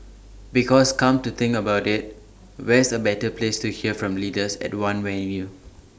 because come to think about IT where's A better place to hear from leaders at one venue